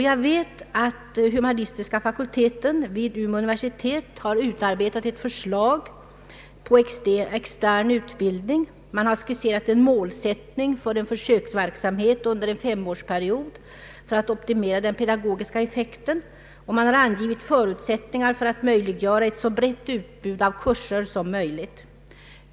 Jag vet att humanistiska fakuiteten vid Umeå universitet utarbetat ett förslag till extern utbildning. Man har skisserat en målsättning för försöksverksamhet under en femårsperiod för att optimera den pedagogiska effekten, och man har angivit förutsättningar för att möjliggör ett så brett utbud av kurser som möjligt.